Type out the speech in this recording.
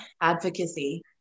advocacy